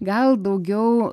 gal daugiau